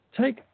Take